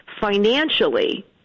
financially